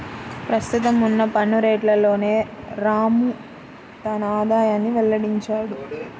ప్రస్తుతం ఉన్న పన్ను రేట్లలోనే రాము తన ఆదాయాన్ని వెల్లడించాడు